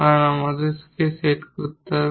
কারণ আমাদের যখন সেট করতে হবে